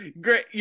Great